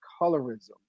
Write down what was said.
colorism